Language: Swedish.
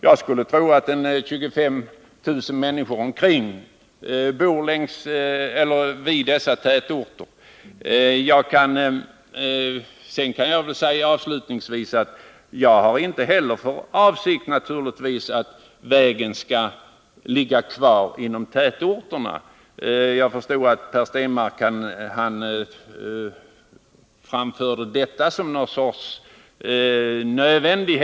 Jag skulle tro att omkring 25 000 människor bor i dessa tätorter. Sedan kan jag avslutningsvis säga: Jag har naturligtvis inte heller åsikten att riksväg 12 skall ligga kvar inom tätorterna. Herr Stenmarck poängterade nödvändigheten av att riksväg 12 får en ny sträckning.